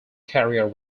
carrier